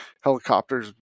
helicopters